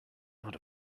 not